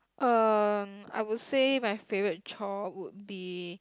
um I would say that my favourite chore would be